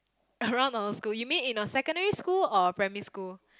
around our school you mean in our secondary school or primary school